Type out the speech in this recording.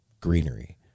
greenery